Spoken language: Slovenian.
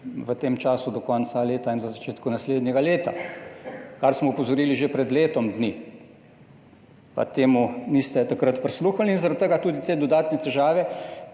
v tem času do konca leta in v začetku naslednjega leta, kar smo opozorili že pred letom dni, pa temu takrat niste prisluhnili. Zaradi tega tudi te dodatne težave,